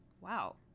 wow